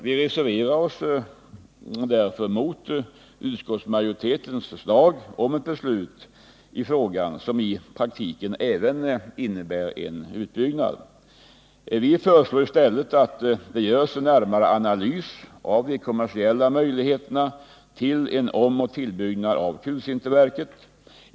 Vi reserverar oss därför mot utskottsmajoritetens förslag om ett beslut i frågan som i praktiken även innebär en utbyggnad. Vi föreslår i stället att det görs en närmare analys av de kommersiella möjligheterna till en omoch tillbyggnad av kulsinterverket.